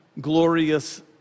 glorious